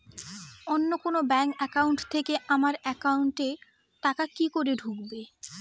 অন্য কোনো bank account থেকে আমার একাউন্ট এ টাকা কি করে ঢুকবে?